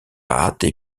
pâtes